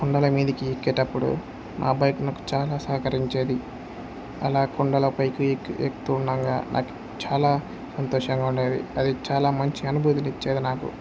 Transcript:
కొండల మీదకి ఎక్కేటప్పుడు నా బైక్ నాకు చాలా సహకరించేది అలా కొండల పైకి ఎక్కు ఎక్కుతూ ఉండంగా నాకు చాలా సంతోషంగా ఉండేది అది చాలా మంచి అనుభూతిని ఇచ్చేది నాకు